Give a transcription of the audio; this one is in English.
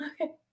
Okay